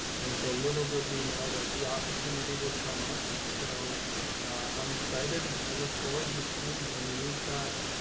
and so little did we know that the opportunity would come up. and so i'm excited. and i look forward to seeing, i mean, you've got,